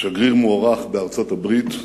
שגריר מוערך בארצות-הברית,